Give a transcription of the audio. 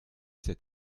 cet